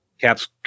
Cap's